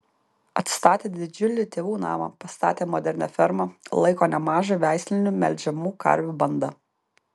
atstatė didžiulį tėvų namą pastatė modernią fermą laiko nemažą veislinių melžiamų karvių bandą